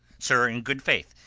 sir, in good faith,